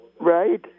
Right